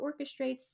orchestrates